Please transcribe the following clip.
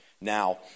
Now